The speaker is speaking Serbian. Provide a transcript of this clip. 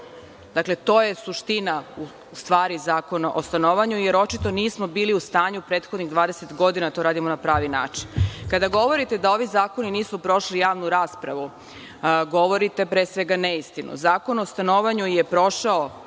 Dakle, to je suština u stvari Zakona o stanovanju, jer očito nismo bili u stanju u prethodnih 20 godina da to radimo na pravi način. Kada govorite da ovi zakoni nisu prošli javnu raspravu, govorite pre svega neistinu. Zakon o stanovanju je prošao